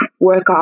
workout